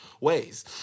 ways